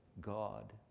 God